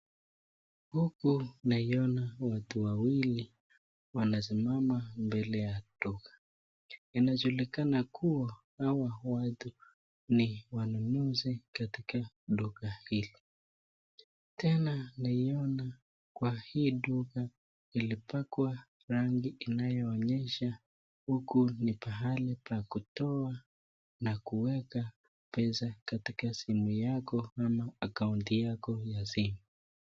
Huku naiona watu wawili wamesimama mbele ya duka. Inajulikana kuwa hawa watu ni wanunuzi katika duka hili. Tena naiona kwa hii duka ilipakwa rangi inayoonyesha huku ni pahali pa kutuma na kuweka pesa katika simu yako ama akaunti yako ya simu.